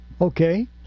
Okay